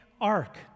ark